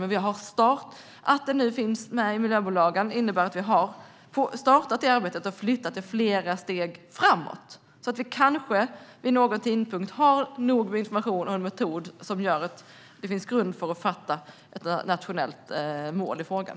Men att frågan nu finns med i miljöbilagan innebär att vi har startat arbetet och flyttat det flera steg framåt, så kanske kommer vi vid någon tidpunkt att ha nog med information och en metod som gör att det finns grund för att fatta beslut om ett nationellt mål i frågan.